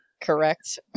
correct